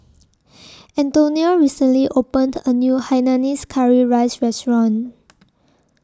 Antonia recently opened A New Hainanese Curry Rice Restaurant